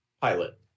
pilot